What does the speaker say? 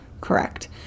Correct